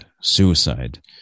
suicide